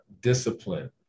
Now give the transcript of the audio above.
discipline